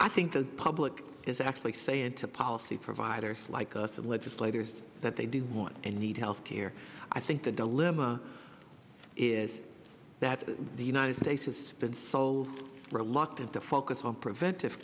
i think the public is actually saying to policy providers like us and legislators that they do want and need health care i think the dilemma is that the united states has been sold for a lock of the focus on preventive